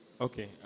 Okay